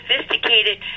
sophisticated